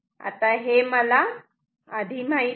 हे मला माहीत नाही